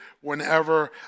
Whenever